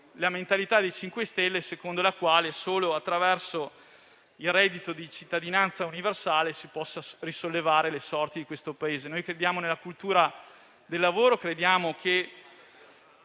la mentalità del MoVimento 5 Stelle, secondo la quale solo attraverso il reddito di cittadinanza universale si possano sollevare le sorti del Paese. Crediamo nella cultura del lavoro e crediamo che